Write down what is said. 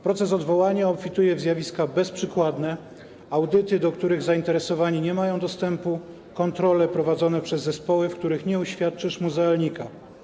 Proces odwołania obfituje w zjawiska bezprzykładne, audyty, do których zainteresowani nie mają dostępu, kontrole prowadzone przez zespoły, w których nie uświadczysz muzealnika.